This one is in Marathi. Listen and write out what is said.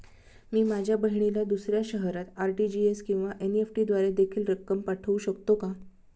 मी माझ्या बहिणीला दुसऱ्या शहरात आर.टी.जी.एस किंवा एन.इ.एफ.टी द्वारे देखील रक्कम पाठवू शकतो का?